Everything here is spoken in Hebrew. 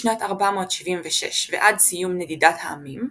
בשנת 476 ועד סיום נדידת העמים,